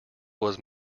was